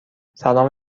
سلام